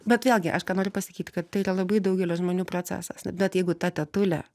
bet vėlgi aš ką noriu pasakyt kad tai yra labai daugelio žmonių procesas bet jeigu ta tetulė